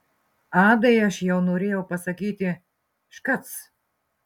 adai aš jau norėjau pasakyti škač